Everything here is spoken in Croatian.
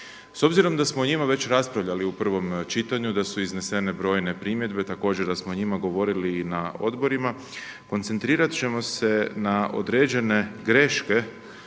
S obzirom da smo o njima već raspravljali u prvom čitanju, da su iznesene brojne primjedbe, također da smo o njima govorili i na odborima, koncentrirat ćemo se na određene greške